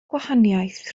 gwahaniaeth